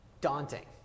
Daunting